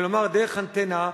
כלומר דרך אנטנה,